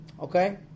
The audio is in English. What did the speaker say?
Okay